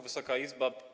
Wysoka Izbo!